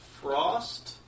Frost